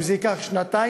אם זה ייקח שנתיים,